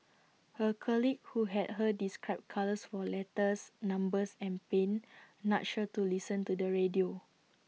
her colleague who had heard describe colours for letters numbers and pain nudged her to listen to the radio